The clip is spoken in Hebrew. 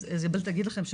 גם איזבל תגיד לכם,